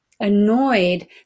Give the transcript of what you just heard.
annoyed